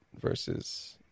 versus